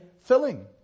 filling